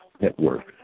Network